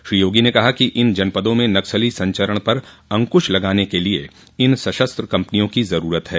श्री योगी ने कहा कि इन जनपदों में नक्सली संचरण पर अंकुश लगाने के लिए इन सशस्त्र कंपनियों की जरूरत है